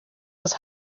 was